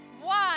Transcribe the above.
one